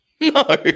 No